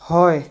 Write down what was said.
হয়